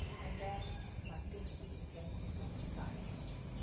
and then my pinky again is on the side edge.